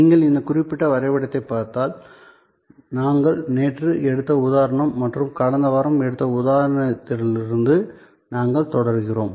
நீங்கள் இந்த குறிப்பிட்ட வரைபடத்தைப் பார்த்தால் நாங்கள் நேற்று எடுத்த உதாரணம் மற்றும் கடந்த வாரம் எடுத்த உதாரணத்திலிருந்து நாங்கள் தொடர்கிறோம்